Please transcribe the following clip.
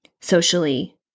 socially